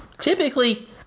Typically